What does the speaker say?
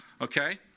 okay